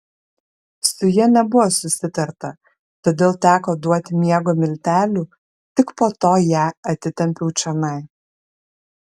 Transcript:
su ja nebuvo susitarta todėl teko duoti miego miltelių tik po to ją atitempiau čionai